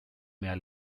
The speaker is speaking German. mehr